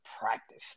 practice